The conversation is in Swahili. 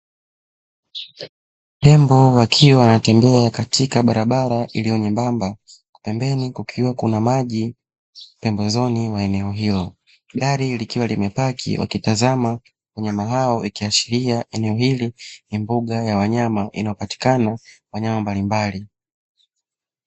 Tembo wakiwa wanatembea katika barabara iliyo nyembamba, pembeni kukiwa kuna maji pembezoni mwa eneo hilo, gari likiwa limepaki wakitazama wanyama hao ikiashiria eneo hili ni mbuga ya wanyama inayopatikana wanyama mbalimbali.